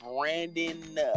Brandon